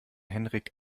henrik